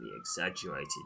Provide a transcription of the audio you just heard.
exaggerated